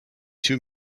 two